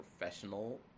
professional